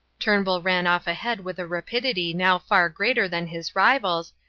turnbull ran off ahead with a rapidity now far greater than his rival's,